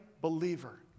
believer